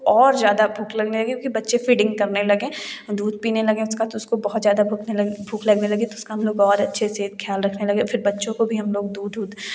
और ज़्यादा भूख लगने लगी क्योंकि बच्चे फीडिंग करने लगे दूध पीने लगे उसका तो उसको बहुत ज़्यादा भूख लगने लगी भूख लगने लगी तो उसका हम लोग और अच्छे से ख्याल रखने लगे फ़िर बच्चों को भी हम लोग दूध उध